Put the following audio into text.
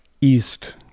east